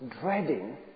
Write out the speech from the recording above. dreading